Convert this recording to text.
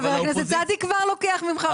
חבר הכנסת סעדי כבר לוקח ממך מרחק.